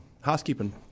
housekeeping